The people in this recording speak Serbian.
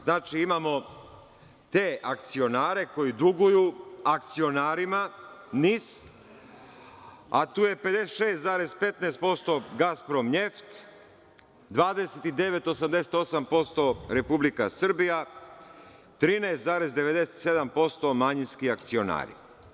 Znači, imamo te akcionare koji duguju akcionarima NIS, a tu je 56,15% „Gasprom njeft“, 29,88% Republika Srbija, 13,97% manjinski akcionari.